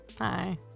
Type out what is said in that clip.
Hi